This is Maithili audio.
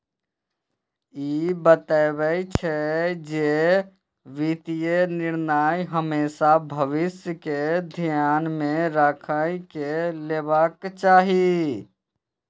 ई बतबै छै, जे वित्तीय निर्णय हमेशा भविष्य कें ध्यान मे राखि कें लेबाक चाही